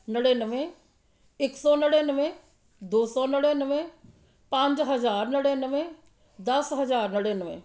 ਨੜ੍ਹਿਨਵੇਂ ਇੱਕ ਸੌ ਨੜ੍ਹਿਨਵੇਂ ਦੋ ਸੌ ਨੜ੍ਹਿਨਵੇਂ ਪੰਜ ਹਜ਼ਾਰ ਨੜ੍ਹਿਨਵੇਂ ਦਸ ਹਜ਼ਾਰ ਨੜ੍ਹਿਨਵੇਂ